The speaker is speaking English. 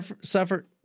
suffered